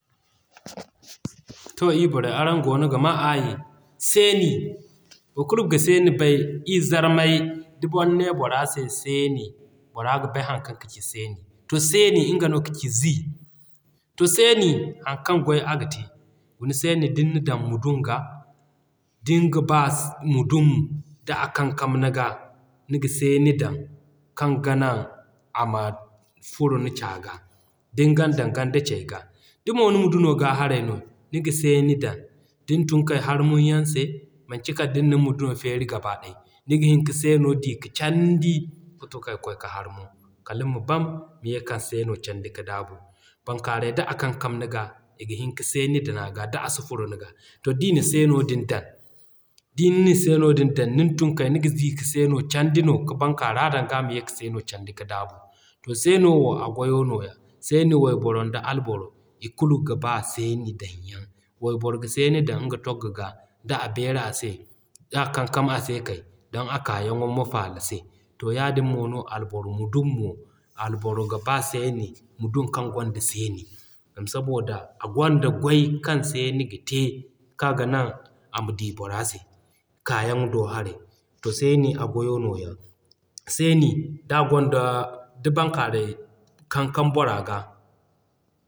To ii borey araŋ goono ga maa aayi. Seeni boro kulu ga Seeni bay, ii Zarmay, da boro ne bora se Seeni, bora ga bay haŋ kaŋ kaci Seeni. To Seeni nga no kati Zi. To Seeni haŋ kaŋ gway aga te. Guna Seeni din na dan mudun ga, dinga ba mudun d'a kankam niga, niga Seeni dan kaŋ ga naŋ ama furo ni C'a ga din gan dan ganda cay ga. Damo ni muduno g'a harey no, niga Seeni dan. Din tun kay harmunu yaŋ se, manci kala ni min muduno feeri gaba day, niga hin ka Seeno Candi ga tun kay kwaay harmunu kaliŋ ma ban ma ye k'a Seeno ban Candi ka daabu. Bankaaray d'a kankam niga, i ga hin ka Seeni dan a ga d'a si furo niga. To d'i na Seeno din dan din na Seeno din dan nima tun ga Seeno candi ka bankaara dan g'a ma ye ka Seeno candi ka daabu. To Seeno wo a gwayo nooya. Seeni wayboro nda Alboro kulu ga b'a Seeni dan yaŋ. Wayboro ga Seeni dan nga dog ga d'a beeri a se. D'a kankam a se don a k'a yaŋo ma faala se. To yaadin no alboro mudun mo, alboro ga b'a Seeni, mudun kaŋ gwanda Seeni zama saboda a gonda gway kaŋ Seeni ga te kaŋ ga nan ama d'i bora se kaayaŋo do haray. To Seeni, a gwayo nooya. Seeni d'a gonda, da bankaaray kankam bora ga.